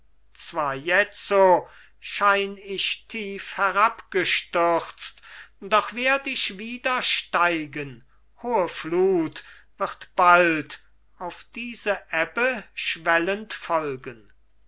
zwar jetzo schien ich tief herabgestürzt doch werd ich wieder steigen hohe flut wird bald auf diese ebbe schwellend folgen